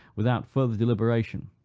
without further deliberation.